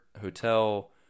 hotel